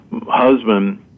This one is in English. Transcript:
husband